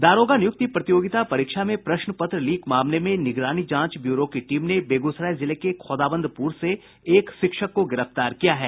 दारोगा नियुक्ति प्रतियोगिता परीक्षा के प्रश्न पत्र लीक मामले में निगरानी जांच ब्यूरो की टीम ने बेगूसराय जिले के खोदावंदपुर से एक शिक्षक को गिरफ्तार किया है